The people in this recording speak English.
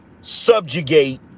subjugate